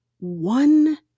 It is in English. one